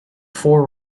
four